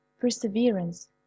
perseverance